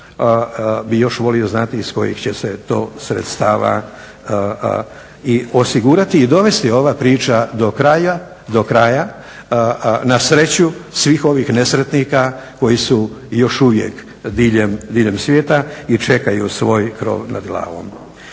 bih još volio znati iz kojih će se to sredstava i osigurati i dovesti ova priča do kraja na sreću svih ovih nesretnika koji su još uvijek diljem svijeta i čekaju svoj krov nad glavom.